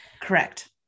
Correct